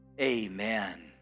amen